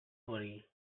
worry